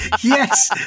yes